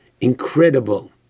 Incredible